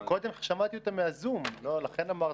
קודם שמעתי אותה מהזום, לכן אמרתי.